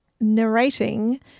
narrating